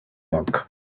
monk